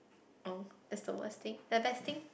oh that's the worst thing the best thing